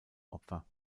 opfer